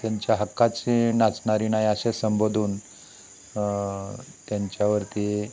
त्यांच्या हक्काचे नाचणारीन आहे असे संबोधून त्यांच्यावरती